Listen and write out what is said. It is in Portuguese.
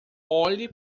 olhe